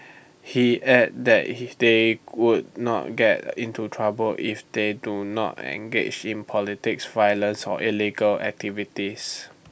he added he they would not get into trouble if they do not engage in politics violence or illegal activities